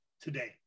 today